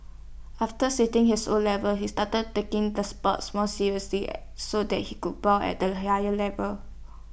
after sitting his O levels he started taking the sports more seriously so that he could bowl at A higher level